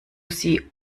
sie